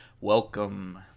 Welcome